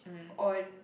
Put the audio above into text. on